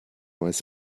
als